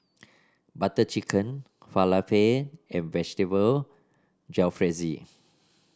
Butter Chicken Falafel and Vegetable Jalfrezi